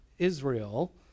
Israel